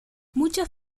muchas